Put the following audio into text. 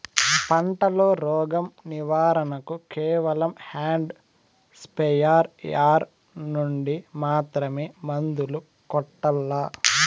పంట లో, రోగం నివారణ కు కేవలం హ్యాండ్ స్ప్రేయార్ యార్ నుండి మాత్రమే మందులు కొట్టల్లా?